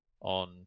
on